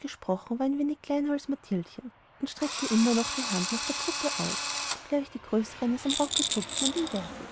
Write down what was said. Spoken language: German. gesprochen war ein wenig kleiner als mathildchen und streckte immer noch die hand nach der puppe aus obgleich die größeren es am rocke zupften und ihm wehrten